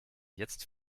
jetzt